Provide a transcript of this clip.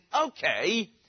okay